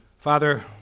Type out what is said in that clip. Father